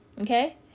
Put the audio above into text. Okay